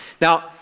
Now